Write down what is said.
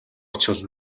очвол